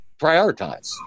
prioritize